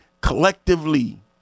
collectively